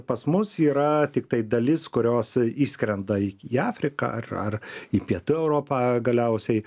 pas mus yra tiktai dalis kurios išskrenda į afriką ar ar į pietų europą galiausiai